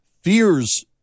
fears